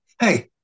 Hey